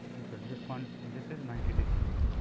ok. this quant this is ninety degree here